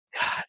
God